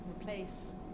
replace